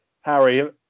Harry